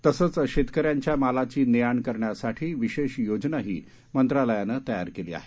तसंच शेतकऱ्यांच्या मलाची ने आण करण्यासाठी विशेष योजनाही मंत्रालयानं तयार केली आहे